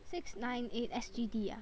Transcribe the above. six nine eight S_G_D ah